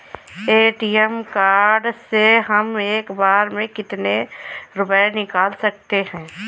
ATM card से हम एक बार में कितने रुपये निकाल सकते हैं?